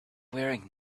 wearing